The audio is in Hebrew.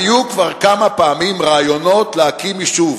היו כבר כמה פעמים רעיונות להקים יישוב,